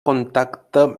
contacte